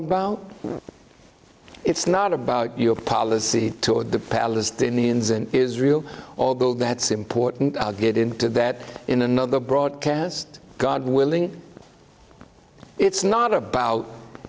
about it's not about your policy toward the palestinians and israel although that's important i'll get into that in another broadcast god willing it's not about